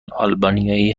آلبانیایی